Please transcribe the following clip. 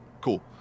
Cool